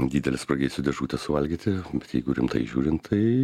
didelę spragėsių dėžutę suvalgyti jeigu rimtai žiūrint tai